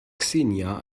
xenia